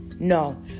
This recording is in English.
No